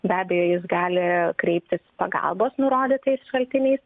be abejo jis gali kreiptis pagalbos nurodytais šaltiniais